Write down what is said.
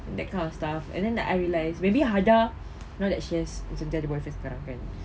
that kind of stuff and then the I realise maybe hada you know she has macam ada boyfriend sekarang kan